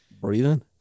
breathing